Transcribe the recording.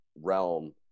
realm